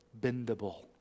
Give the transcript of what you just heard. bendable